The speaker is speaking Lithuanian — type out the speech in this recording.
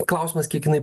klausimas kiek jinai